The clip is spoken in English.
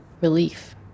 relief